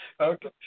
okay